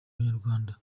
abanyarwanda